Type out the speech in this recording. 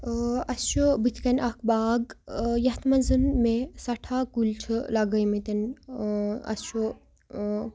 اَسہِ چھُ بُتھِ کَنہِ اَکھ باغ یَتھ منٛز مےٚ سٮ۪ٹھاہ کُلۍ چھِ لَگٲمٕتۍ اَسہِ چھُ